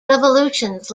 revolutions